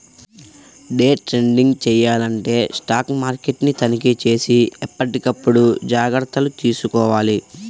day trading చెయ్యాలంటే stock మార్కెట్ని తనిఖీచేసి ఎప్పటికప్పుడు జాగర్తలు తీసుకోవాలి